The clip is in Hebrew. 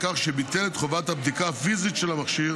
בכך שביטל את חובת הבדיקה הפיזית של המכשיר